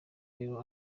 rero